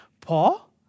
Paul